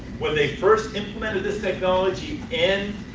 when they first implemented this technology in